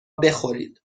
بخورید